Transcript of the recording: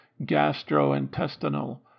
gastrointestinal